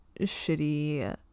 shitty